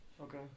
Okay